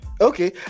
Okay